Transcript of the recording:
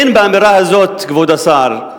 אין באמירה הזאת, כבוד השר,